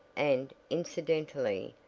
and, incidentally,